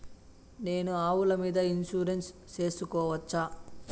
నేను ఆవుల మీద ఇన్సూరెన్సు సేసుకోవచ్చా?